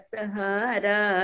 Sahara